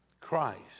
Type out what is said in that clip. Christ